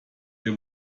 ihr